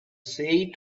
say